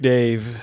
Dave